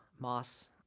moss